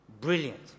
Brilliant